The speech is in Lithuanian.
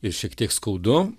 ir šiek tiek skaudu